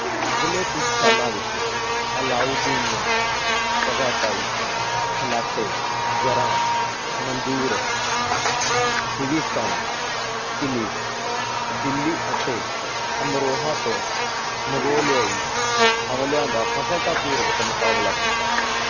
ਅਗਲੇ ਕੁਝ ਸਾਲਾਂ ਵਿੱਚ ਅਲਾਊਦੀਨ ਨੇ ਚਗਾਤਾਈ ਖਾਨਾਟੇ ਜਰਾਂ ਮੰਜੂਰ ਸਿਵੀਸਤਾਨ ਕਿਲੀ ਦਿੱਲੀ ਅਤੇ ਅਮਰੋਹਾ ਤੋਂ ਮੰਗੋਲਿਆਈ ਹਮਲਿਆਂ ਦਾ ਸਫ਼ਲਤਾਪੂਰਵਕ ਮੁਕਾਬਲਾ ਕੀਤਾ